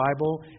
bible